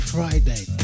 Friday